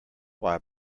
why